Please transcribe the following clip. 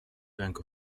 bank